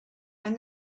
and